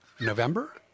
November